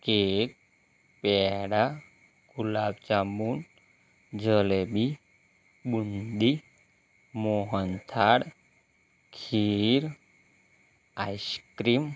cake peda gulab jamun jalebi boondi mohanthal kheer ice cream